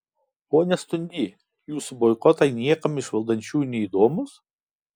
pone stundy jūsų boikotai niekam iš valdančiųjų neįdomūs